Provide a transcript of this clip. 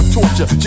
torture